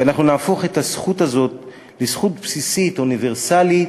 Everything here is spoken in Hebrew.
ונהפוך את הזכות הזאת לזכות בסיסית, אוניברסלית,